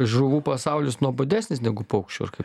žuvų pasaulis nuobodesnis negu paukščių ar kaip